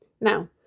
now